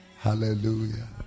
hallelujah